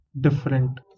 different